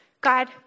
God